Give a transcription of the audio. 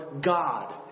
God